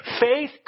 Faith